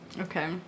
Okay